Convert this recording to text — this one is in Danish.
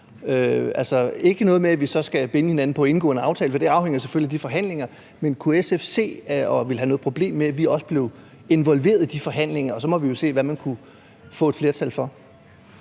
ikke noget med, at vi så skal binde hinanden på at indgå en aftale, for det afhænger selvfølgelig af de forhandlinger. Men kunne SF se og ikke have noget problem med, at vi også blev involveret i de forhandlinger? Og så må man jo se, hvad man kunne få et flertal for.